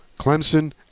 Clemson